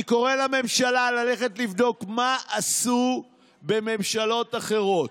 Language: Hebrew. אני קורא לממשלה ללכת לבדוק מה עשו בממשלות אחרות,